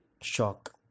shock